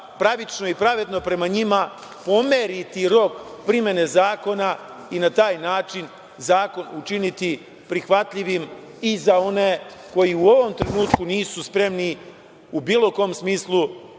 pravično i pravedno prema njima pomeriti rok primene zakona i na taj način zakon učiniti prihvatljivim i za one koji u ovom trenutku nisu spremni, u bilo kom smislu,